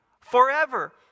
forever